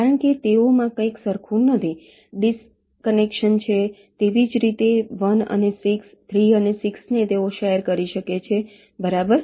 કારણ કે તેઓમાં કંઈપણ સરખું નથી ડિસકનેક્શન છે તેવી જ રીતે 1 અને 6 3 અને 6 ને તેઓ શેર કરી શકે છેબરાબર